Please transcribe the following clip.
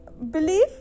Belief